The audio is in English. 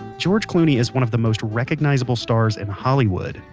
george clooney is one of the most recognizable stars in hollywood.